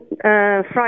Friday